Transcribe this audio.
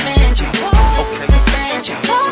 Okay